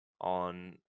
on